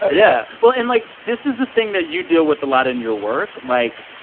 yeah well, and, like, this is the thing that you deal with a lot in your work. like,